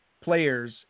players